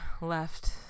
left